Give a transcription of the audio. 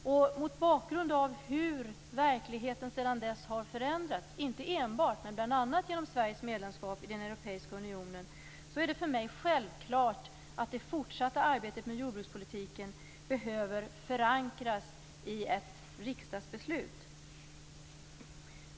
Mot bakgrund av hur verkligheten sedan dess har förändrats, inte enbart men bl.a. genom Sveriges medlemskap i Europeiska unionen, är det för mig självklart att det fortsatta arbetet med jordbrukspolitiken behöver förankras i riksdagsbeslut.